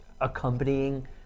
accompanying